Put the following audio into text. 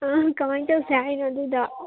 ꯑꯥ ꯀꯃꯥꯏꯅ ꯇꯧꯁꯦ ꯍꯥꯏꯅꯣ ꯑꯗꯨꯗꯣ